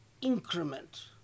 increment